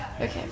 okay